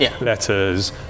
letters